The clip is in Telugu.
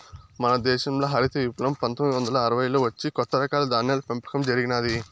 మన దేశంల హరిత విప్లవం పందొమ్మిది వందల అరవైలలో వచ్చి కొత్త రకాల ధాన్యాల పెంపకం జరిగినాది